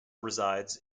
resides